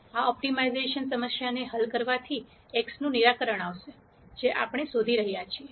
આ ઓપ્ટિમાઇઝેશન સમસ્યાને હલ કરવાથી x નું નિરાકરણ આવશે જે આપણે શોધી રહ્યા છીએ